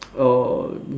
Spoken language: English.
uh